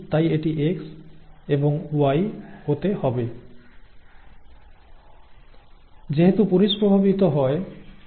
যেহেতু এটি পুরুষ তাই এটি X এবং Y হতে হবে যেহেতু পুরুষ প্রভাবিত হয় এটি একটি a